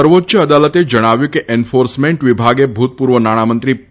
સર્વોચ્ય અદાલતે જણાવ્યું છે કે એન્ફોર્સમેન્ટ વિભાગે ભૂતપૂર્વ નાણામંત્રી પી